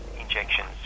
injections